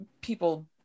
people